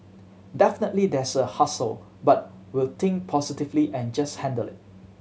definitely there's a hassle but we will think positively and just handle it